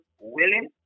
willing